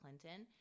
Clinton